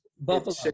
Buffalo